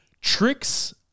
tricks